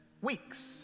weeks